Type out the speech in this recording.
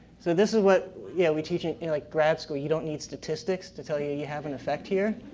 so this is what yeah we teach in in like grad school, you don't need statistics to tell you, you have an effect here.